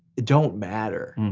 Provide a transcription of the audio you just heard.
don't matter.